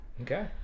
Okay